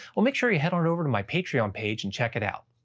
well make sure you head on over to my patreon page and check it out.